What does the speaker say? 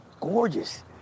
gorgeous